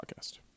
podcast